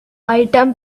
item